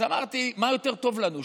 אז אמרתי: מה יותר טוב לנו,